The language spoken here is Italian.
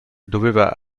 doveva